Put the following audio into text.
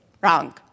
wrong